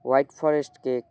white forest cake